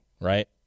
right